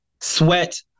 Sweat